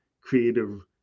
creative